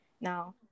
Now